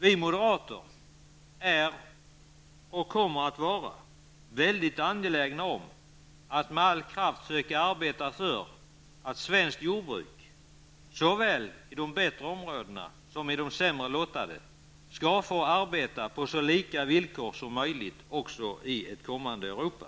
Vi moderater är och kommer att vara mycket angelägna om att med all kraft försöka arbeta för att svenskt jordbruk, såväl i de bättre områdena som i de sämre lottade, skall få verka på så lika villkor som möjligt också i ett kommande Europa.